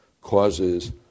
causes